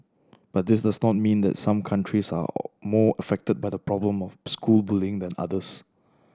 but this does not mean that some countries are more affected by the problem of school bullying than others